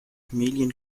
chameleon